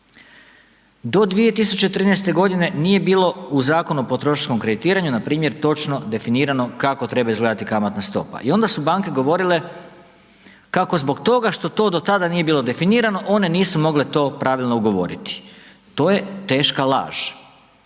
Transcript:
Do 2013. godine nije bilo u Zakonu o potrošenom kreditiranju npr. točno definirano kako treba izgledati kamatna stopa i onda su banke govorile kako zbog toga što to do tada nije bilo definirano one nisu mogle to pravilno ugovoriti. To je teška laž.